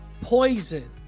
poison